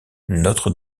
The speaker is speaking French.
notre